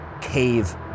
cave